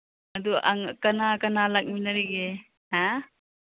ꯑꯗꯨ ꯑꯪ ꯀꯅꯥ ꯀꯅꯥ ꯂꯥꯛꯃꯤꯟꯅꯔꯤꯒꯦ ꯍꯥ